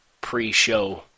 pre-show